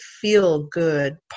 feel-good